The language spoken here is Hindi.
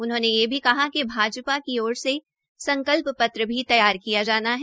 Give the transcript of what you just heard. उन्होंने यह भी कहा कि भाजपा की ओर से संकल्प पत्र भी तैयार किया जाना है